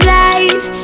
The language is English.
life